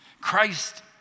Christ